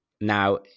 now